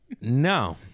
No